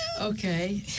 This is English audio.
okay